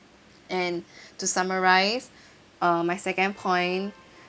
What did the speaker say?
and to summarise uh my second point